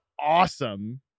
awesome